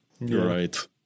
right